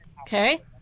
Okay